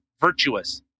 virtuous